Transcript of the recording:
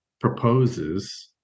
proposes